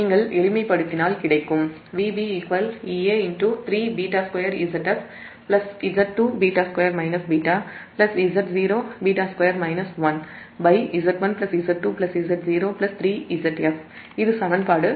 நீங்கள் எளிமைப்படுத்தினால் கிடைக்கும் VbEa3𝜷2Zfz2𝜷2 𝜷Z0𝜷2 1Z1Z2Z03Zf இது சமன்பாடு 9